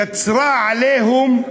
יצרה "עליהום"